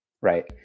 right